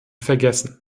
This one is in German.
vergessen